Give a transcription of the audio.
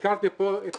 הזכרתם פה את